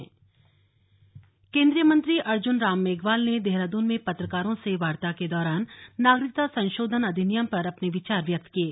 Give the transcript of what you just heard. CAA Meghwal केंद्रीय मंत्री अर्जुन राम मेघवाल ने देहरादून में पत्रकारों से वार्ता के दौरान नागरिकता संशोधन अधिनियम पर अपने विचार व्यक्त किये